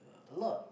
a lot